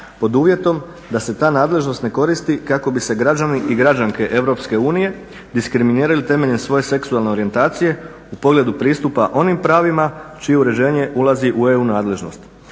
pod uvjetom d se ta nadležnost ne koristi kako bi se građani i građanke EU diskriminirali temeljem svoje seksualne orijentacije u pogledu pristupa onim pravima čije uređenje ulazi u EU nadležnost.